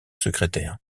secrétaire